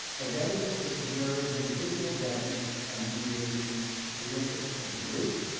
a readiness to submerge individual judgements and deviations to the interests of the group,